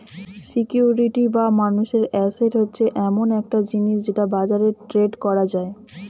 security বা মানুষের asset হচ্ছে এমন একটা জিনিস যেটা বাজারে ট্রেড করা যায়